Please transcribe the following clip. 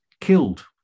killed